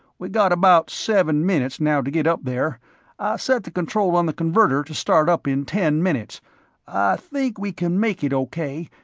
we got about seven minutes now to get up there. i set the control on the converter to start up in ten minutes. i think we can make it o k,